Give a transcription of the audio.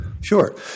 Sure